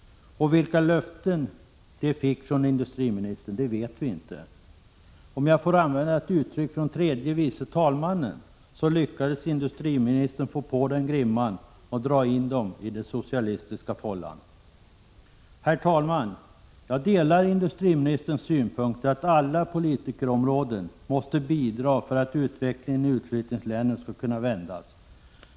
Vilka löften de fick från industriministern vet vi inte. Om jag får använda ett uttryck från tredje vice talmannen, så lyckades industriministern få på dem grimman och dra in dem i den socialistiska fållan. Herr talman! Jag delar industriministerns synpunkter att alla politikområden måste bidra för att utvecklingen i utflyttningslänen skall kunna vändas.